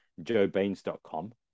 joebaines.com